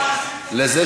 יום המעשים הטובים.